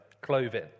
clothing